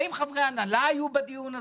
האם חברי הנהלה היו בדיון הזה?